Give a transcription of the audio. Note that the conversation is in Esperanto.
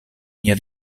mia